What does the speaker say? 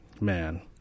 man